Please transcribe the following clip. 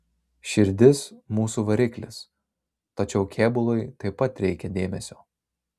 širdis mūsų variklis tačiau kėbului taip pat reikia dėmesio